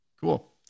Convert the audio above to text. Cool